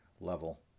level